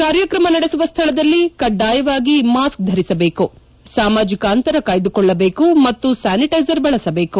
ಕಾರ್ಯಕ್ರಮ ನಡೆಸುವ ಸ್ಥಳದಲ್ಲಿ ಕಡ್ಡಾಯವಾಗಿ ಮಾಸ್ಕ್ ಧರಿಸಬೇಕು ಸಾಮಾಜಿಕ ಅಂತರ ಕಾಯ್ದುಕೊಳ್ಳಬೇಕು ಮತ್ತು ಸ್ಕಾನಿಟೈಸರ್ ಬಳಸಬೇಕು